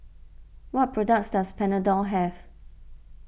what products does Panadol have